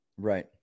Right